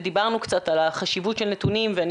ודיברנו קצת על החשיבות של נתונים ואני